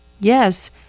Yes